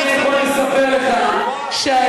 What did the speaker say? יאשימו אותך שאתה